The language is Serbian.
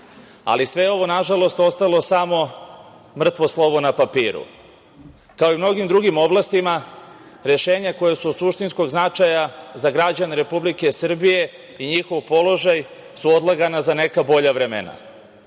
Ali, sve ovo nažalost ostalo je samo mrtvo slovo na papiru. Kao i u mnogim drugim oblastima rešenja koja su od suštinskog značaja za građane Republike Srbije i njihov položaj su odlagana za neka bolja vremena